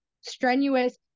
strenuous